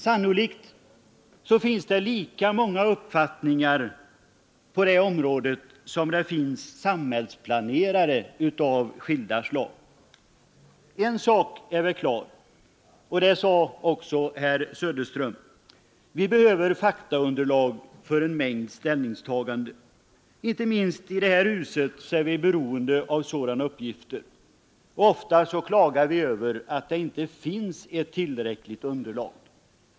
Sannolikt finns det lika många uppfattningar på det området som det finns samhällsplanerare av skilda slag. En sak är väl klar — det sade också herr Söderström — nämligen att vi behöver faktaunderlag för en mängd ställningstaganden. Inte minst i 33 detta hus är vi beroende av sådana uppgifter. Ofta klagar vi över att det inte finns ett tillräckligt faktaunderlag.